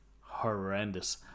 horrendous